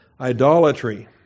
Idolatry